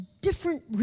different